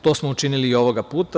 To smo učinili i ovoga puta.